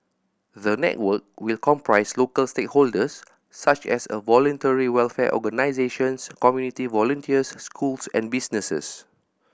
the network will comprise local stakeholders such as a voluntary welfare organisations community volunteers schools and businesses